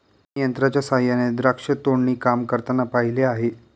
मी यंत्रांच्या सहाय्याने द्राक्ष तोडणी काम करताना पाहिले आहे